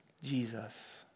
Jesus